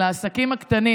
על העסקים הקטנים